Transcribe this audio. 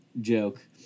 joke